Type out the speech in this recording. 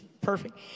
perfect